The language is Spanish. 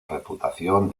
reputación